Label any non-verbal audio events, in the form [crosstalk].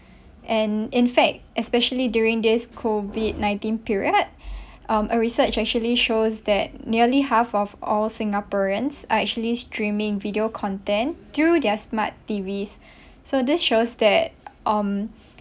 and in fact especially during this COVID nineteen period [breath] um a research actually shows that nearly half of all singaporeans are actually streaming video content through their smart T_V so this shows that um